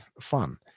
fun